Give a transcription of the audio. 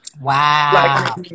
Wow